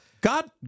God